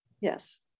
Yes